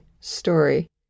story